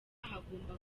hagomba